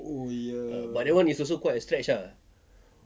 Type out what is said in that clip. oh ya